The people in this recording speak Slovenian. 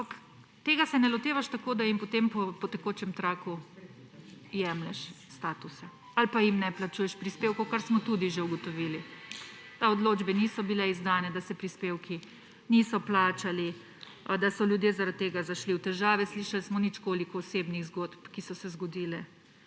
tega se ne lotevaš tako, da jim potem kot po tekočem traku jemlješ status ali pa jim ne plačuješ prispevkov, kar smo tudi že ugotovili, da odločbe niso bile izdane, da se prispevki niso plačali, da so ljudje zaradi tega zašli v težave. Slišali smo nič koliko osebnih zgodb, ki so se zgodile